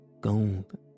Gold